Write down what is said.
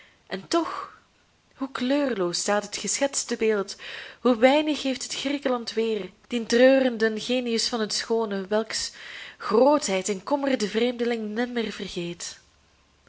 en toch hoe kleurloos staat het geschetste beeld hoe weinig geeft het griekenland weer dien treurenden genius van het schoone welks grootheid en kommer de vreemdeling nimmer vergeet